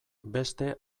beste